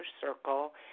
circle